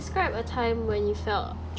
mm K um describe a time when you felt